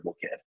kid